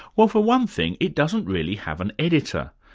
well, for one thing, it doesn't really have an editor.